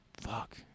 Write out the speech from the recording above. fuck